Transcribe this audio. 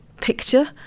picture